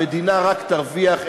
המדינה רק תרוויח.